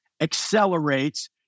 accelerates